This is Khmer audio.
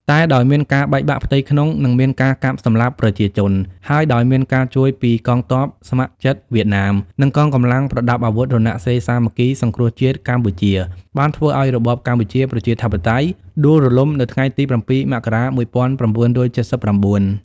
តែដោយមានការបែកបាក់ផ្ទៃក្នុងនិងមានការកាប់សម្លាប់ប្រជាជន ហើយដោយមានការជួយពីកងទព័ស្ម័គ្រចិត្ត វៀតណាម និងកងកម្លាំងប្រដាប់អាវុធរណសិរ្យសាមគ្គីសង្គ្រោះជាតិកម្ពុជាបានធ្វើឱ្យរបបកម្ពុជា ប្រជាធិបតេយ្យដួលរលំនៅថ្ងៃ ៧ មករា ១៩៧៩ ។